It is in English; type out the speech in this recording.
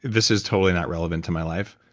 this is totally not relevant to my life,